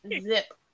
Zip